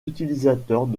utilisateurs